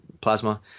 Plasma